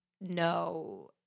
no